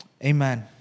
Amen